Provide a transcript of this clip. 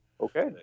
Okay